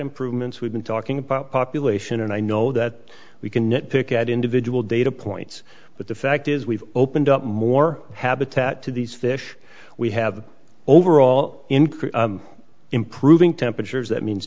improvements we've been talking about population and i know that we can nit pick at individual datapoints but the fact is we've opened up more habitat to these fish we have overall increase improving temperatures that means